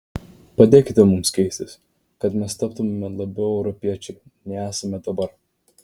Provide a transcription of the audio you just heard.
padėkite mums keistis kad mes taptumėme labiau europiečiai nei esame dabar